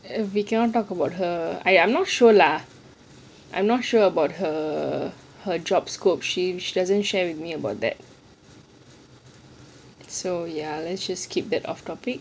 we cannot talk about her I am not sure lah I'm not sure about her her job scope she doesn't share with me about that so ya let's just skip that off topic